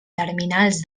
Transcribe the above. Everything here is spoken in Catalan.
terminals